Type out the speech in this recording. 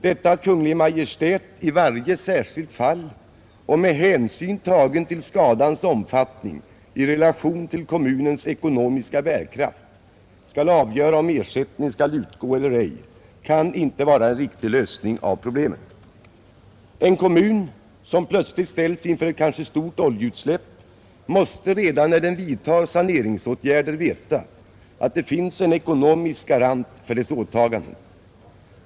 Detta att Kungl. Maj:t i varje särskilt fall och med hänsyn tagen till skadans omfattning i relation till kommunens ekonomiska bärkraft skall avgöra om ersättning skall utgå eller ej kan inte vara en riktig lösning av problemet. En kommun som plötsligt ställs inför ett kanske stort oljeutsläpp måste redan när den vidtar saneringsåtgärder veta att det finns en ekonomisk garant för dess åtaganden.